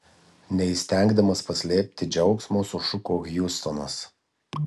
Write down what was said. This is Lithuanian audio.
neįstengdamas paslėpti džiaugsmo sušuko hiustonas